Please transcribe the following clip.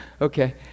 Okay